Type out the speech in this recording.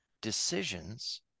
decisions